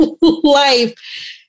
life